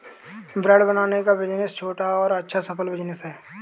bread बनाने का business छोटा और अच्छा सफल बिज़नेस है